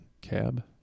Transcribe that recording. Cab